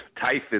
typhus